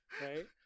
right